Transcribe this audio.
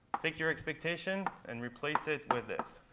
take your expectation and replace it with this.